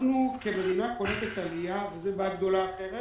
אנחנו כמדינה קולטת עלייה וזו בעיה גדולה אחרת